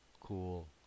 cool